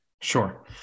Sure